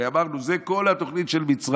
הרי אמרנו, זו כל התוכנית של מצרים.